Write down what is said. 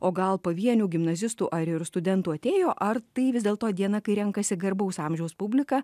o gal pavienių gimnazistų ar ir studentų atėjo ar tai vis dėlto diena kai renkasi garbaus amžiaus publika